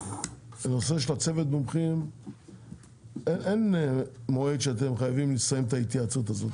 בנושא של צוות המומחים אין מועד שאתם חייבים לסיים את ההתייעצות הזאת,